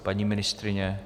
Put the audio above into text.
Paní ministryně?